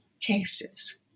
cases